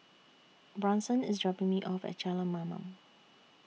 Bronson IS dropping Me off At Jalan Mamam